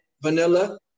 vanilla